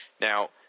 Now